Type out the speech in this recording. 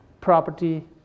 property